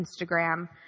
Instagram